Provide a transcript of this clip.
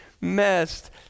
messed